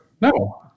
No